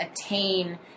attain